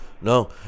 no